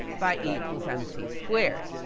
by equals mc squared.